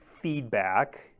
feedback